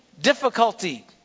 difficulty